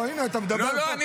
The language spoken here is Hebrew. לא, לא, אני